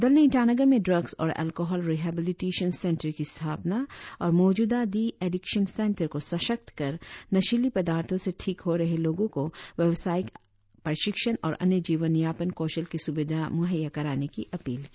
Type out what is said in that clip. दल ने ईटानगर में ड्रग्स और एलकोहल रिहेबिलिटेशन सेंटर की स्थापना और मौजूदा दी एदिक्शन सेंटर को सशक्त कर नशीली पदार्थों से ठीक हो रहे लोगों को व्यावसायिक प्रशिक्षण और अन्य जीवन यापन कौशल की सुविधा मुहैया कराने की अपील की